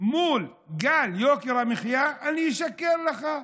מול גל יוקר המחיה, אני אשקר לך.